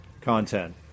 content